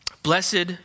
Blessed